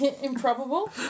improbable